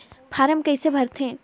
Form कइसे भरते?